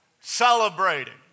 celebrating